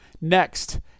next